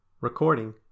Recording